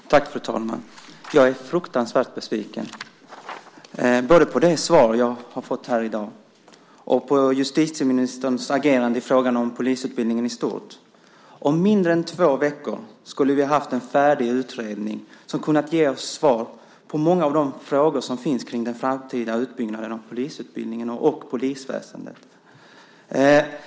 Fru talman! Jag är fruktansvärt besviken både på det svar jag har fått i dag och på justitieministerns agerande i frågan om polisutbildningen i stort. Om mindre än två veckor skulle vi ha haft en färdig utredning som hade kunnat ge oss svar på många av de frågor som finns omkring den framtida utbyggnaden av polisutbildningen och polisväsendet.